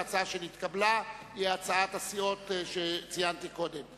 ההצעה שנתקבלה היא הצעת הסיעות שציינתי קודם.